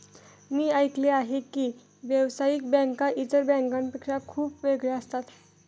मी ऐकले आहे की व्यावसायिक बँका इतर बँकांपेक्षा खूप वेगळ्या असतात